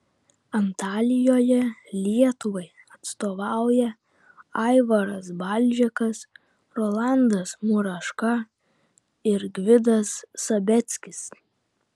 antalijoje lietuvai atstovauja aivaras balžekas rolandas muraška ir gvidas sabeckis